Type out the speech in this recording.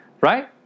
right